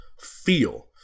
feel